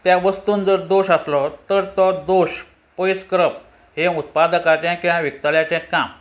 त्या वस्तून जर दोश आसलो तर तो दोश पयस करप हे उत्पादकाचें किंवां विकताल्याचें काम